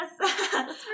yes